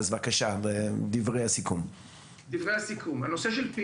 הנושא של פעילות,